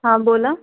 हां बोला